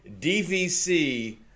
DVC